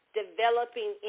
developing